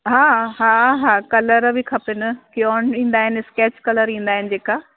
हा हा हा कलर बि खपनि क्रेयॉन ईंदा आहिनि स्कैच कलर ईंदा आहिनि जेका